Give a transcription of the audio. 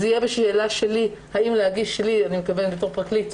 זה יהיה בשאלה שלי, אני מתכוונת בתור פרקליט,